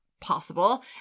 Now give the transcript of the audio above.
possible